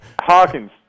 Hawkins